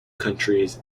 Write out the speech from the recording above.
countries